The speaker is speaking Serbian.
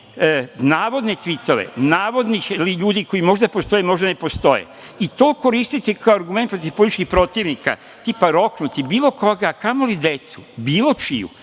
navodno tvitove navodnih ljudi, koji možda postoje a možda i ne postoje i to koristiti kao argument protiv političkih protivnika tipa - roknuti, bilo koga, a kamoli decu, bilo čiju,